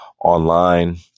online